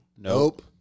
Nope